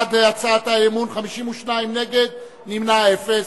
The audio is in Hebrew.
בעד הצעת האי-אמון, 52 נגד, נמנעים, אפס.